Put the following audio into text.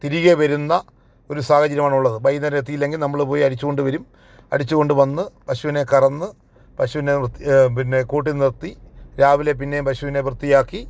തിരികെ വരുന്ന ഒരു സാഹചര്യമാണുള്ളത് വൈകുന്നേരം എത്തിയില്ലെങ്കിൽ നമ്മൾ പോയി അഴിച്ചുകൊണ്ട് വരും അടിച്ചുകൊണ്ട് വന്ന് പശുവിനെ കറന്ന് പശുവിനെ പിന്നെ കൂട്ടിൽ നിർത്തി രാവിലെ പിന്നെയും പശുവിനെ വൃത്തിയാക്കി